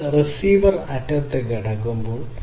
അത് റിസീവർ അറ്റത്ത് ലഭിക്കുമ്പോൾ